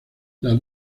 las